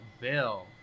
Bill